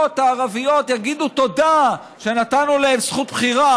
הערביות יגידו תודה שנתנו להן זכות בחירה,